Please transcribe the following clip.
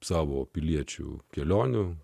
savo piliečių kelionių